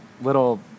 little